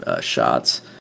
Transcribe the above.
shots